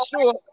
sure